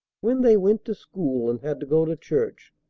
when they went to school, and had to go to church,